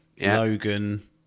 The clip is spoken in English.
Logan